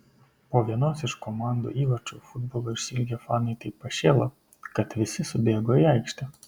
po vienos iš komandų įvarčių futbolo išsiilgę fanai taip pašėlo kad visi subėgo į aikštę